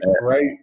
right